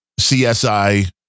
CSI